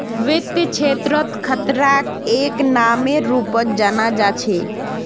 वित्त क्षेत्रत खतराक एक नामेर रूपत जाना जा छे